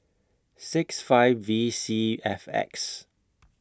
six five V C F X